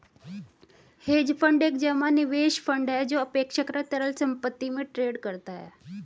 hedge fund एक जमा निवेश फंड है जो अपेक्षाकृत तरल संपत्ति में ट्रेड करता है